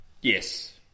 Yes